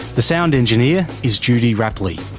the sound engineer is judy rapley,